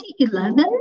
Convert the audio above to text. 2011